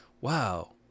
wow